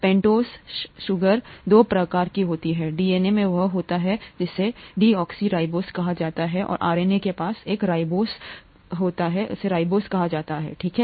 pentose शर्करा दो प्रकार की होती है डीएनए में वह होता है जिसे डीऑक्सीराइबोज़ कहा जाता है और आरएनए के पास एक रिबोस कहा जाता है ठीक है